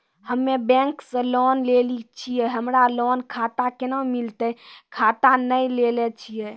हम्मे बैंक से लोन लेली छियै हमरा लोन खाता कैना मिलतै खाता नैय लैलै छियै?